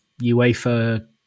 UEFA